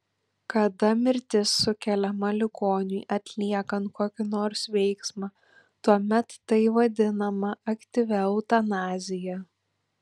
kada mirtis sukeliama ligoniui atliekant kokį nors veiksmą tuomet tai vadinama aktyvia eutanazija